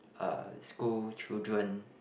uh school children